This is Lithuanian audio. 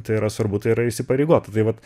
tai yra svarbu tai yra įsipareigota tai vat